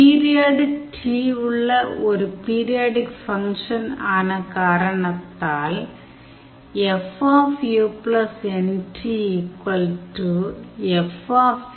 period T உள்ள ஒரு periodic function ஆன காரணத்தால் Fu nT Fu